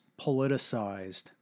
politicized